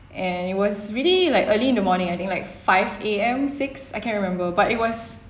and it was really like early in the morning I think like five A_M six I can't remember but it was